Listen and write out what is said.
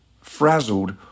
frazzled